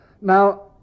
Now